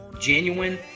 genuine